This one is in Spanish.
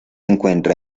encuentra